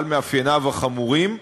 על מאפייניו החמורים,